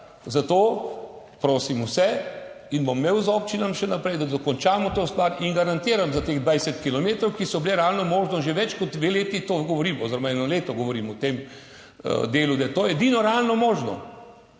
Zato prosim vse in bom imel z občinami še naprej, da dokončamo to stvar in garantiram za teh 20 kilometrov, ki so bile realno možno; že več kot dve leti to govorim oziroma eno leto govorim v tem delu, da je to edino realno možno.